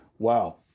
Wow